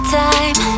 time